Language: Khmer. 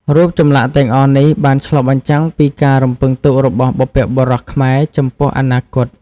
រូបចម្លាក់ទាំងអស់នេះបានឆ្លុះបញ្ចាំងពីការរំពឹងទុករបស់បុព្វបុរសខ្មែរចំពោះអនាគត។